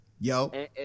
Yo